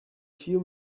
few